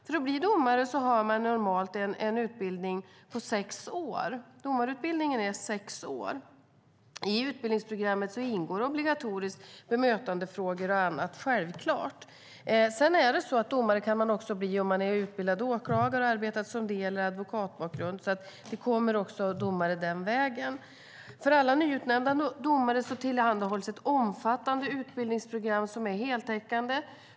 För att bli domare har man normalt en utbildning på sex år. Domarutbildningen är sex år. I utbildningsprogrammet är det självklart obligatoriskt med bemötandefrågor och annat. Man kan också bli domare om man är utbildad åklagare och har arbetat som det eller om man har advokatbakgrund. Det kommer alltså domare också den vägen. För alla nyutnämnda domare tillhandahålls ett omfattande utbildningsprogram som är heltäckande.